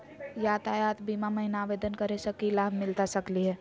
यातायात बीमा महिना आवेदन करै स की लाभ मिलता सकली हे?